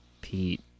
Pete